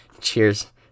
cheers